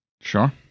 Sure